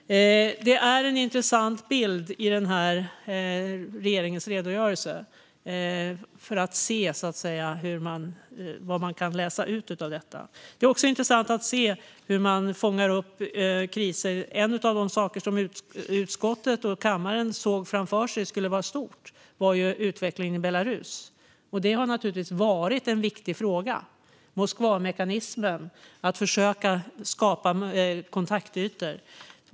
Det är intressant att ta del av den bild regeringen ger i sin redogörelse och se vad som kan läsas ut. Det är också intressant att se hur man fångar upp kriser. En av de saker som utskottet och kammaren såg framför sig som stora var utvecklingen i Belarus, och det har naturligtvis varit en viktig fråga, med Moskvamekanismen och försöken att skapa kontaktytor.